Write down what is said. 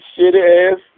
shitty-ass